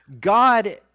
God